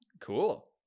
Cool